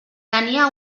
tenia